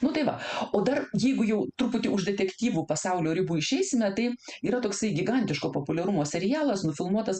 nu tai va o dar jeigu jau truputį už detektyvų pasaulio ribų išeisime tai yra toksai gigantiško populiarumo serialas nufilmuotas